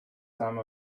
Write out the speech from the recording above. some